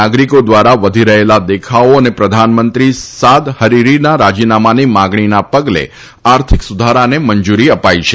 નાગરીકો દ્વારા વધી રહેલા દેખાવો અને પ્રધાનમંત્રી સાદ હરીરીના રાજીનામાની માંગણીના પગલે આર્થિક સુધારાને મંજુરી અપાઇ છે